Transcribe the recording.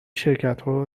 شرکتها